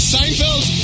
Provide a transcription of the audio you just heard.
Seinfeld